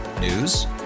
News